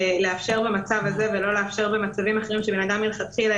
לאפשר במצב הזה ולא לאפשר במצבים אחרים שבן אדם מלכתחילה